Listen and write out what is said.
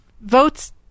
votes